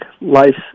Life